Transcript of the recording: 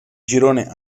girone